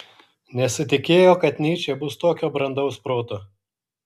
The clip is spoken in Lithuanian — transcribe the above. nesitikėjo kad nyčė bus tokio brandaus proto